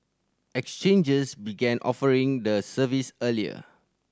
exchanges began offering the service earlier